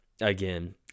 again